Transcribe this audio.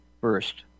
first